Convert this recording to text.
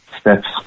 steps